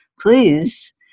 please